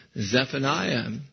Zephaniah